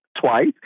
twice